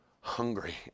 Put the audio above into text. hungry